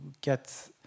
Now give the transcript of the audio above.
get